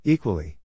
Equally